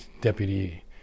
Deputy